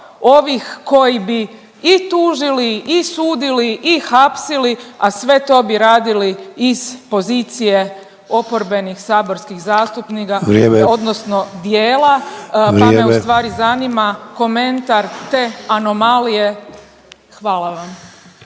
ovih koji bi i tužili i sudili i hapsili a sve to bi radili iz pozicije oporbenih saborskih zastupnika, odnosno dijela … …/Upadica Sanader: Vrijeme./… … pa me u stvari zanima komentar te anomalije. Hvala vam.